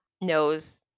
knows